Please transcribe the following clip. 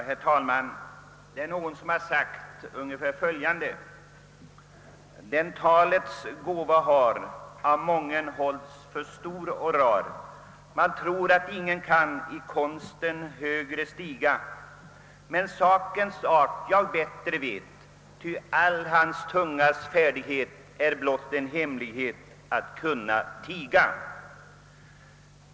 Herr talman! Det är någon som sagt ungefär följande: Den talets gåva har av mången hålls för stor och rar; man tror att ingen kan i konsten högre stiga; men sakens art jag bättre vet; ty all hans tungas färdighet är blott en hemlighet att kunna tiga.